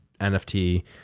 NFT